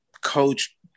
coach